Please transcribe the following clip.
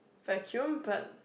vacuum but